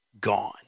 gone